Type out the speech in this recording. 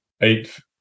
eight